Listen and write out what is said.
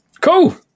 Cool